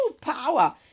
Power